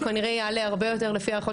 הוא כנראה יעלה הרבה יותר לפי הערכות